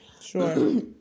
Sure